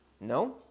No